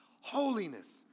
Holiness